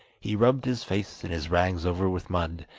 he rubbed his face and his rags over with mud,